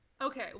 Okay